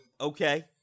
Okay